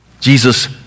Jesus